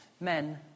men